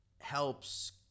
helps